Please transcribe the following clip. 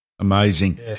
Amazing